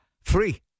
free